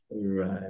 Right